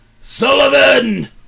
Sullivan